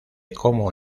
cómo